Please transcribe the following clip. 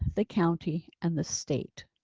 the county and the state.